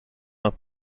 noch